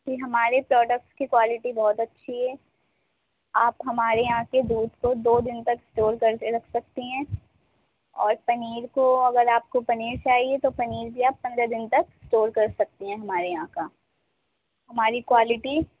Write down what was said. جی ہمارے پروڈکٹس کی کوالٹی بہت اچھی ہے آپ ہمارے یہاں کے دودھ کو دو دن تک اسٹور کر رکھ سکتی ہیں اور پنیر کو اگر آپ کو پنیر چاہیے تو پنیر بھی آپ پندرہ دن تک اسٹور کر سکتی ہیں ہمارے یہاں کا ہماری کوالٹی